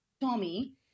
Tommy